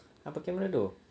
apa camera tu